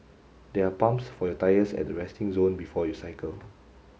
there are pumps for your tyres at the resting zone before you cycle